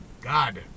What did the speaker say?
god